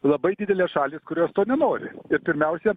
labai didelės šalys kurios to nenori ir pirmiausia